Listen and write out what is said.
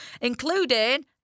including